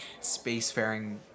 spacefaring